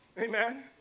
Amen